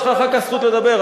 יש לך אחר כך זכות לדבר,